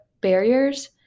barriers